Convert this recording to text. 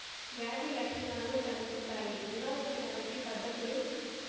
వ్యాధి లక్షణాలు కనిపిస్తాయి నివారించడానికి పద్ధతులు?